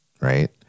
right